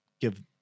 give